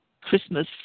Christmas